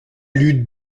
lutte